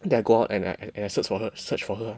then I go out and I search for her search for her ah